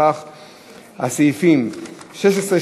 לפיכך הסעיפים 16,